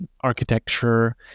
architecture